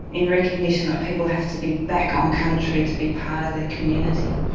in recognition that people have to be back on country to be part of their community.